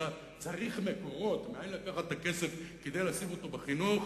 צריך מקורות מאין לקחת את הכסף כדי לשים אותו בחינוך,